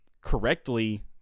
correctly